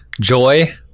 joy